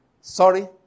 sorry